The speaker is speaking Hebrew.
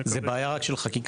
נקווה --- זו בעיה רק של חקיקה,